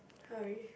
hurry